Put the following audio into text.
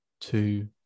two